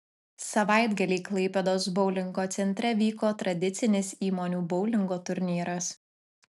savaitgalį klaipėdos boulingo centre vyko tradicinis įmonių boulingo turnyras